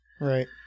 Right